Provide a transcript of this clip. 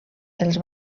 els